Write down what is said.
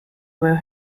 were